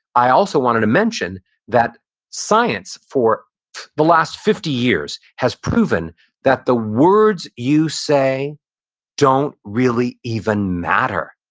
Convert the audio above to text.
i also wanted to mention that science for the last fifty years has proven that the words you say don't really even matter,